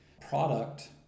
product